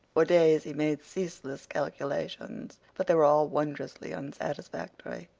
for days he made ceaseless calculations, but they were all wondrously unsatisfactory.